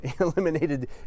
eliminated